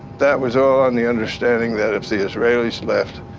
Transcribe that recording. that was all on the understanding that if the israelis left,